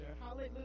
Hallelujah